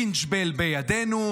בינת ג'בייל בידינו,